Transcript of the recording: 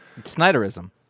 Snyderism